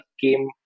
came